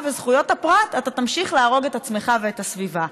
וזכויות הפרט אתה תמשיך להרוג את עצמך ואת הסביבה.